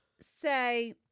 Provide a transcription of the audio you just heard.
say